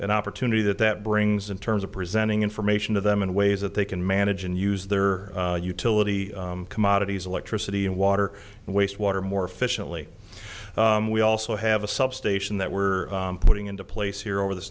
an opportunity that that brings in terms of presenting information to them in ways that they can manage and use their utility commodities electricity and water and waste water more efficiently we also have a substation that we're putting into place here over the